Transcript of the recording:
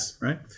right